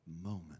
moment